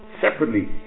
separately